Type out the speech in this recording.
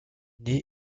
nées